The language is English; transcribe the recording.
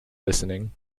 listening